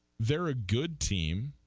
very good team